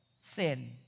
sin